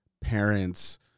parents